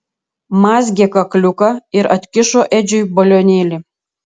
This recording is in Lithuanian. mazgė kakliuką ir atkišo edžiui balionėlį